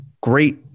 Great